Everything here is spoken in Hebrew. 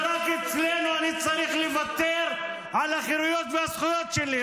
ורק אצלנו אני צריך לוותר על החירויות והזכויות שלי?